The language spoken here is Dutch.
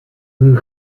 hoe